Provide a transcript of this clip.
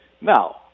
Now